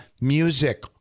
music